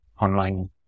online